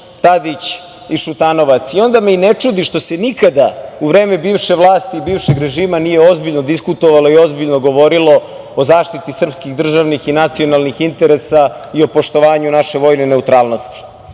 Tadić i Šutanovac. Onda me i ne čudi što se nikada u vreme bivše vlasti bivšeg režima nije ozbiljno diskutovalo i ozbiljno govorilo o zaštiti srpskih državnih i nacionalnih interesa i o poštovanju naše vojne neutralnosti.